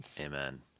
Amen